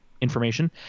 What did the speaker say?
information